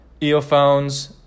earphones